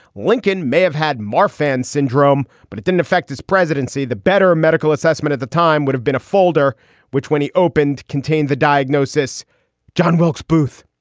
lincoln may have had marfan syndrome, but it didn't affect his presidency. the better medical assessment at the time would have been a folder which, when he opened, contain the diagnosis john wilkes booth,